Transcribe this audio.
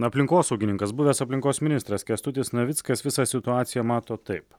aplinkosaugininkas buvęs aplinkos ministras kęstutis navickas visą situaciją mato taip